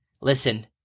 Listen